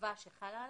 חובה שחלה עליו.